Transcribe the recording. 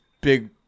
big